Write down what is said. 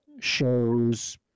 shows